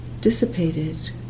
dissipated